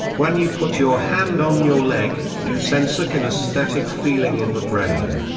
when you put your hand on your leg, you sense a kinesthetic feeling in the brain.